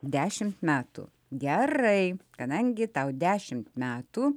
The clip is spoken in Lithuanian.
dešimt metų gerai kadangi tau dešimt metų